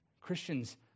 Christians